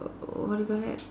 uh what do you call that